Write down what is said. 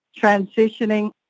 transitioning